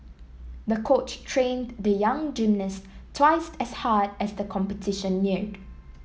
the coach trained the young gymnast twice as hard as the competition neared